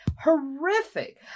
horrific